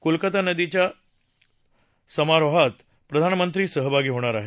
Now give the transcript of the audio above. कोलकाता गोदीच्या समारोहातही प्रधानमंत्री सहभागी होणार आहेत